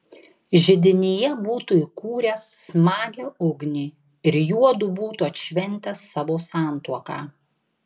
židinyje būtų įkūręs smagią ugnį ir juodu būtų atšventę savo santuoką